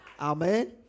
Amen